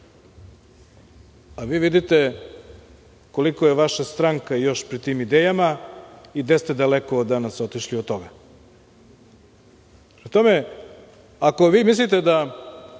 a vi vidite koliko je vaša stranka još pri tim idejama i gde ste daleko danas otišli od toga. Prema